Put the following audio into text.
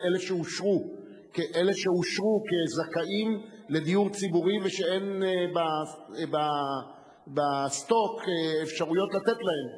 לאלה שאושרו כזכאים לדיור ציבורי ואין בסטוק אפשרויות לתת להם,